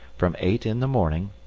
from eight in the morning,